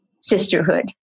sisterhood